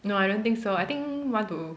no I don't think so I think one to